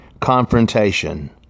Confrontation